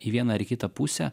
į vieną ar į kitą pusę